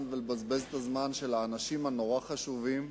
ולבזבז את הזמן של האנשים הנורא-חשובים,